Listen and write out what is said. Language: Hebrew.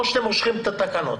או שאתם מושכים את התקנות.